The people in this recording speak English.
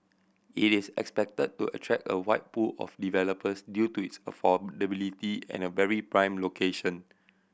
it is expected to attract a wide pool of developers due to its affordability and a very prime location